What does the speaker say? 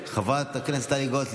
חבר הכנסת ווליד טאהא,